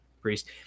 priest